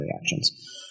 reactions